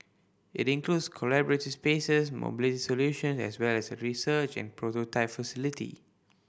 it includes collaborative spaces mobility solution as well as a research and prototype facility